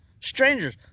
strangers